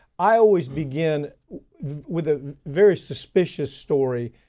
i always begin with a very suspicious story,